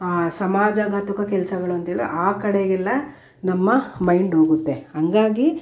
ಸಮಾಜ ಘಾತುಕ ಕೆಲಸಗಳು ಅಂಥೇಳುವ ಆ ಕಡೆ ಎಲ್ಲ ನಮ್ಮ ಮೈಂಡ್ ಹೋಗುತ್ತೆ ಹಾಗಾಗಿ